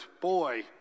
Boy